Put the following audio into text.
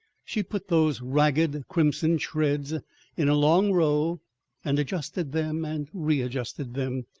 she put those ragged crimson shreds in a long row and adjusted them and readjusted them.